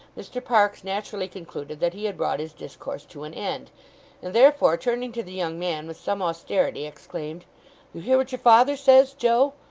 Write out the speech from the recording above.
mr parkes naturally concluded that he had brought his discourse to an end and therefore, turning to the young man with some austerity, exclaimed you hear what your father says, joe?